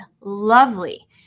lovely